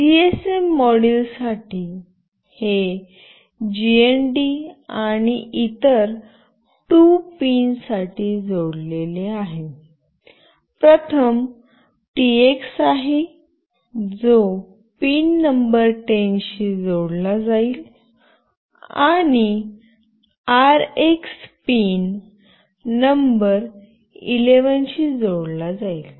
GSM मॉड्यूलसाठी हे GND आणि इतर 2 पिनशी जोडलेले आहे प्रथम टीएक्स आहे जो पिन नंबर 10 शी जोडला जाईल आणि आरएक्स पिन नंबर 11 शी जोडला जाईल